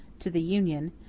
to the union,